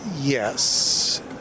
yes